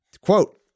quote